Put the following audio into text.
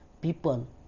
People